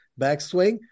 backswing